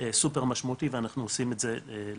סופר משמעותי ואנחנו עושים את זה לכך.